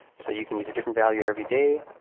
so you can use a different value every day,